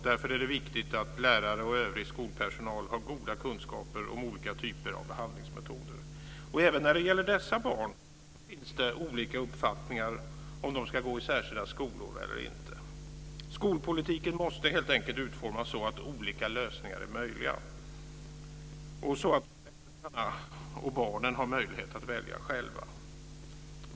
Därför är det viktigt att lärare och övrig skolpersonal har goda kunskaper om olika typer av behandlingsmetoder. Även när det gäller dessa barn finns det olika uppfattningar om de ska gå i särskilda skolor eller inte. Skolpolitiken måste helt enkelt utformas så att olika lösningar är möjliga och så att föräldrarna och barnen har möjlighet att välja själva.